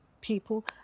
people